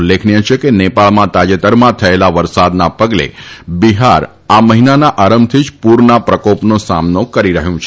ઉલ્લેખનીય છે કે નેપાળમાં તાજેતર થયેલા વરસાદના પગલે બિહાર આ મહિનાના આરંભથી પૂરના પ્રકોપનો સામનો કરી રહ્યું છે